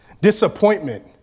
disappointment